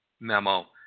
memo